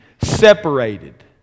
separated